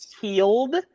healed